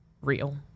real